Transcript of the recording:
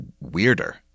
weirder